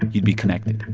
you'd be connected